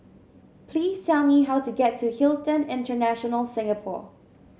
please tell me how to get to Hilton International Singapore